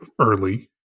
early